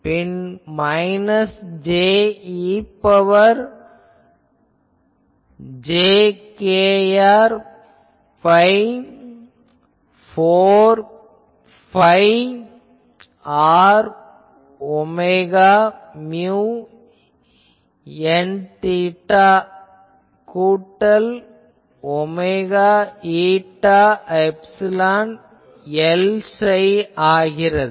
பின் minus j e ன் power j kr வகுத்தல் 4 phi r omega mu Nθ கூட்டல் omega η epsilon Lϕ ஆகிறது